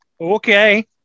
Okay